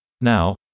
Now